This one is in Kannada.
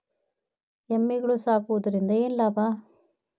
ಎಮ್ಮಿಗಳು ಸಾಕುವುದರಿಂದ ಏನು ಲಾಭ?